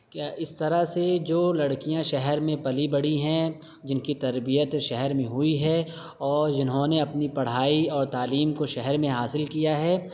کہ اس طرح سے جو لڑکیاں شہر میں پلی بڑھی ہیں جن کی تربیت شہر میں ہوئی ہے اور جنہوں نے اپنی پڑھائی اور تعلیم کو شہر میں حاصل کیا ہے